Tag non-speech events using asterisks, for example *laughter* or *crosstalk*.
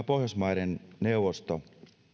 *unintelligible* pohjoismaiden neuvosto